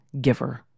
giver